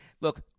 Look